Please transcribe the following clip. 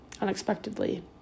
unexpectedly